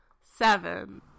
Seven